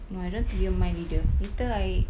no I don't want to be a mind reader later I